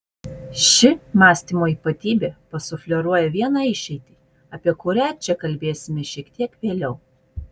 ši mąstymo ypatybė pasufleruoja vieną išeitį apie kurią čia kalbėsime šiek tiek vėliau